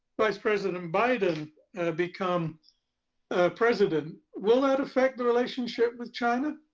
vice president biden become president, will that affect the relationship with china?